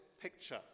picture